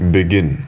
Begin